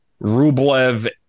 Rublev